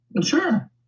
Sure